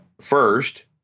first